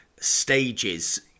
Stages